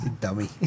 Dummy